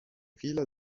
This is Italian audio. fila